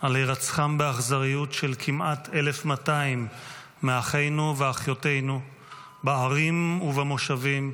על הירצחם באכזריות של כמעט 1,200 מאחינו ואחיותינו בערים ובמושבים,